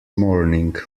morning